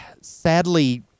sadly